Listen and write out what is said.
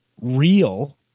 real